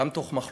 גם תוך מחלוקת,